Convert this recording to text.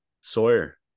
Sawyer